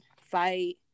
fight